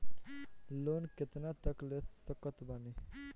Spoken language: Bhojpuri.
लोन कितना तक ले सकत बानी?